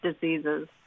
diseases